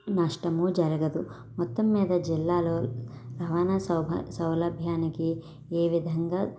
నష్టము జరగదు మొత్తం మీద జిల్లాలో రవాణా సౌల సౌలభ్యానికి ఏ విధంగా